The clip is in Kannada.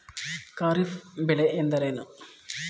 ಖಾರಿಫ್ ಬೆಳೆ ಎಂದರೇನು?